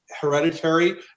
hereditary